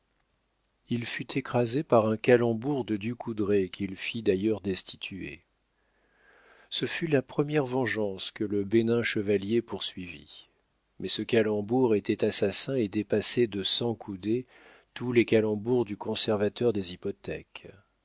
il fut écrasé par un calembour de du coudrai qu'il fit d'ailleurs destituer ce fut la première vengeance que le bénin chevalier poursuivit mais ce calembour était assassin et dépassait de cent coudées tous les calembours du conservateur des hypothèques